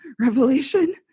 Revelation